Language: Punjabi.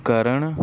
ਕਰਨ